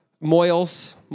moils